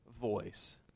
voice